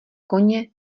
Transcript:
koně